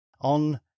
on